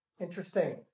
Interesting